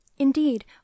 Indeed